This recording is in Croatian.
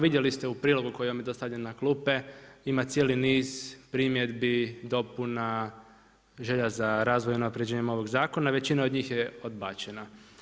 Vidjeli ste u prilogu koji vam je dostavljen na klupe, ima cijeli niz primjedbi, dopuna, želja za razvoj i unapređenjem ovog zakona, većina od njih je odbačena.